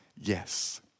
yes